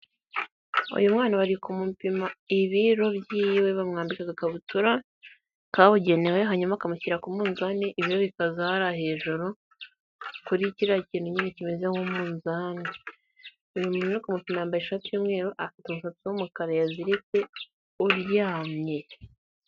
Uyu mwana bari kumupima ibiro byiwe, bamwambika agakabutura kabugenewe, hanyuma bakamushyira ku munzani, ibiro bikaza hariya hejuru, kuri kiriya kintu nyine kimeze nk'umunzani, umuntu uri kumupima yambaye ishatu y'umweru, afite umusatsi w'umukara yaziritse, uryamye.